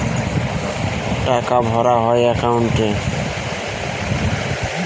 টাকা ভরা হয় একাউন্টে